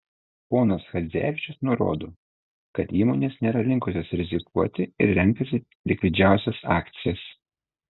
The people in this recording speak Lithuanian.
ponas chadzevičius nurodo kad įmonės nėra linkusios rizikuoti ir renkasi likvidžiausias akcijas